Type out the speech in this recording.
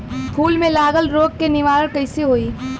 फूल में लागल रोग के निवारण कैसे होयी?